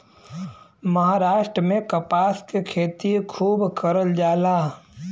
महाराष्ट्र में कपास के खेती खूब करल जाला